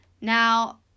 Now